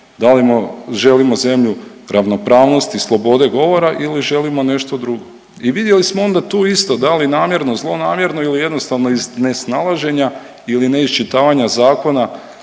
da li želimo zemlju ravnopravnosti, slobode govora ili želimo nešto drugo. I vidjeli smo onda tu isto, da li namjerno, zlonamjerno ili jednostavno iz nesnalaženja ili neiščitavanja zakona,